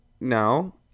no